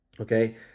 Okay